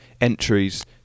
entries